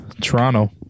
Toronto